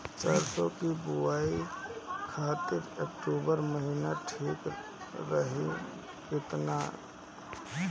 सरसों की बुवाई खाती अक्टूबर महीना ठीक रही की ना?